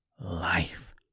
life